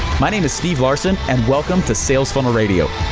my name is steve larsen, and welcome to sales funnel radio.